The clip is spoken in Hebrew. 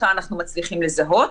אותה אנחנו מצליחים לזהות,